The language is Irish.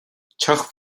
teach